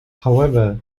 however